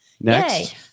Next